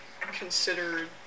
considered